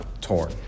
torn